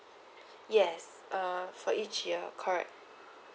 yes for each year correct